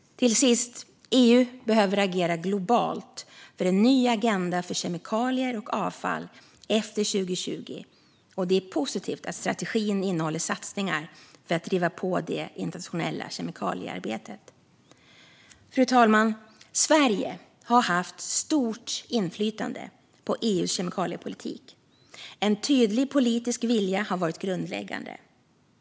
Till sist: EU behöver agera globalt för en ny agenda för kemikalier och avfall efter 2020, och det är positivt att strategin innehåller satsningar för att driva på det internationella kemikaliearbetet. Fru talman! Sverige har haft stort inflytande på EU:s kemikaliepolitik. En tydlig politisk vilja har varit grundläggande.